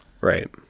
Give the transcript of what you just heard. Right